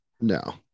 No